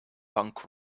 punk